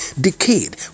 decayed